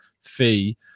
fee